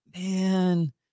man